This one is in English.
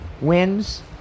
wins